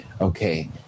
okay